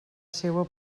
seua